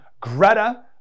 Greta